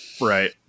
right